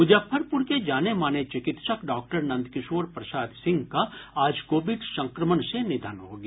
मुजफ्फरपुर के जाने माने चिकित्सक डॉक्टर नंदकिशोर प्रसाद सिंह का आज कोविड संक्रमण से निधन हो गया